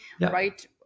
right